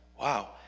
wow